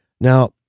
now